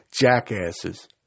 jackasses